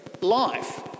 life